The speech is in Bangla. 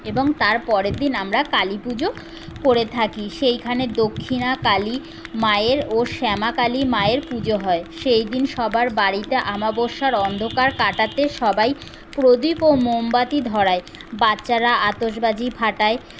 এবং তারপরের দিন আমরা কালী পুজো করে থাকি সেইখানে দক্ষিণা কালীমায়ের ও শ্যামা কালীমায়ের পুজো হয় সেই দিন সবার বাড়িতে আমাবস্যার অন্ধকার কাটাতে সবাই প্রদীপ ও মোমবাতি ধরায় বাচ্চারা আতশবাজি ফাটায়